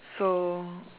so